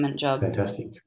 fantastic